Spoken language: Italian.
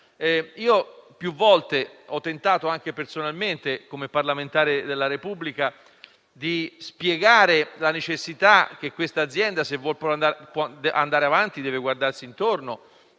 Più volte ho tentato, anche personalmente, come parlamentare della Repubblica, di spiegare la necessità che questa azienda se vuol andare avanti, deve guardarsi intorno,